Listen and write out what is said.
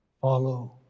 follow